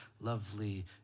lovely